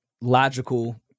logical